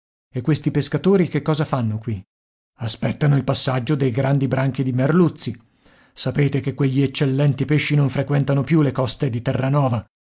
e questi pescatori che cosa fanno qui aspettano il passaggio dei grandi branchi di merluzzi sapete che quegli eccellenti pesci non frequentano più le coste di terranova